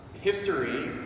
History